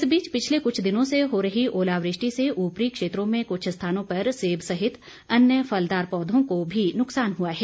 इस बीच पिछले कुछ दिनों से हो रही ओलावृष्टि से ऊपरी क्षेत्रों में कुछ स्थानों पर सेब सहित अन्य फलदार पौधों को भी नुकसान हुआ है